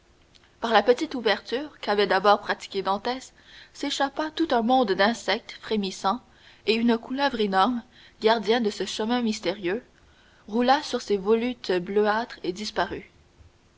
par la petite ouverture qu'avait d'abord pratiquée dantès s'échappa tout un monde d'insectes frémissants et une couleuvre énorme gardien de ce chemin mystérieux roula sur ses volutes bleuâtres et disparut